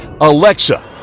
Alexa